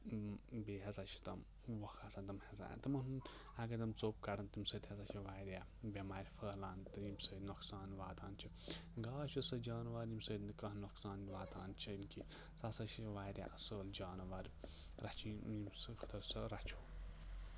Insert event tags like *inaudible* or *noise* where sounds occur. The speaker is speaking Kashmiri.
بیٚیہِ ہَسا چھِ تِم وۄکھٕ آسان تِم حظ تِمَن ہُنٛد اگر تِم ژوٚپ کَڑان تَمہِ سۭتۍ ہَسا چھِ واریاہ بٮ۪مارِ پھٔہلان تہٕ ییٚمہِ سۭتۍ نۄقصان واتان چھِ گاو چھِ سُہ جانوَر ییٚمہِ سۭتۍ نہٕ کانٛہہ نۄقصان واتان چھِ *unintelligible* سُہ ہَسا چھِ واریاہ اَصٕل جانوَر رَچھِنۍ *unintelligible*